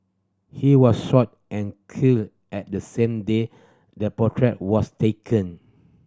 he was shot and killed at the same day the portrait was taken